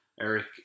Eric